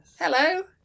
Hello